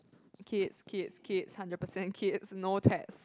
kids kids kids hundred percent kids no pets